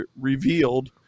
revealed